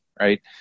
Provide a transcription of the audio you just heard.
right